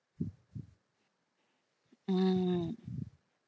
mm